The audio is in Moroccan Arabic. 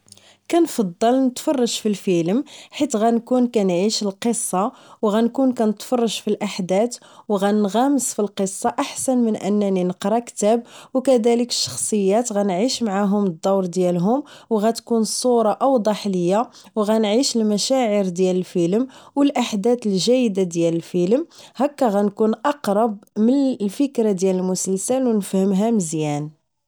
كنفضل نتفرج فالفيلم حيت غنكون كنعيش القصة و غنكون كنتفرج في الاحدات و غنغمس فالقصة احسن من انني نقرا كتاب و كذالك الشخصيات غنعيش معاهم الدور ديالهم و غتكون الصورة اوضح ليا و غنعيش المشاعير ديال الفيلم و الاحدات الجيدة ديال الفيلم هكا غنكون اقرب من فكرة ديال المسلسل و نفهمها مزيان